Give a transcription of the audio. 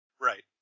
Right